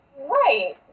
Right